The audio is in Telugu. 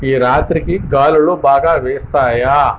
ఈరాత్రికి గాలులు బాగా వీస్తాయా